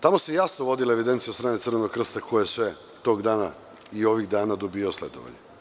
Tamo se jasno vodila evidencija od strane Crvenog krsta ko je sve tog dana i ovih dana dobijao sledovanje.